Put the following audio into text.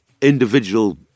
individual